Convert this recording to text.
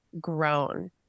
grown